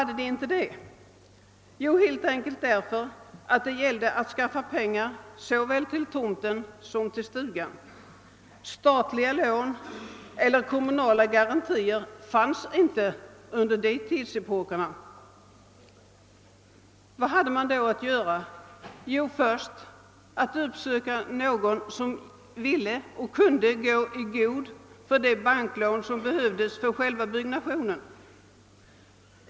Det gällde nämligen att skaffa pengar till såväl tomt som stuga. Statliga lån eller kommunala garantier fanns inte under tidigare epoker. Man hade därför att söka upp någon som ville och kunde gå i god för det banklån som behövdes för själva byggnationen.